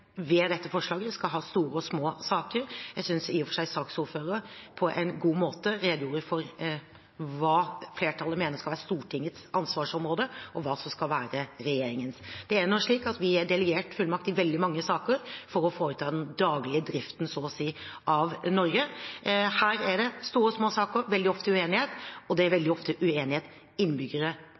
ved dette forslaget skal ha store og små saker, og jeg synes i og for seg saksordføreren på en god måte redegjorde for hva flertallet mener skal være Stortingets ansvarsområde, og hva som skal være regjeringens. Det er nå slik at vi er delegert fullmakt i veldig mange saker for å foreta den daglige driften, så å si, av Norge. Her er det store og små saker, veldig ofte uenighet, og det er veldig ofte uenighet